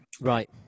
Right